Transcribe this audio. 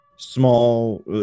small